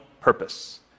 purpose